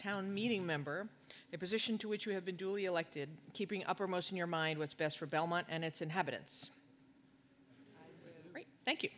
town meeting member a position to which you have been duly elected keeping uppermost in your mind what's best for belmont and its inhabitants thank you